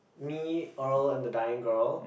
me Earl and the dining girl